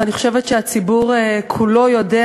ואני חושבת שהציבור כולו יודע,